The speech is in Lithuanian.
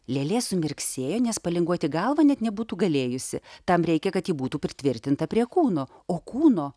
lėlė sumirksėjo nes palinguoti galvą net nebūtų galėjusi tam reikia kad ji būtų pritvirtinta prie kūno o kūno